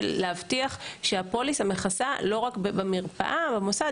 להבטיח שהפוליסה מכסה לא רק במוסד הרפואי,